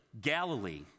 Galilee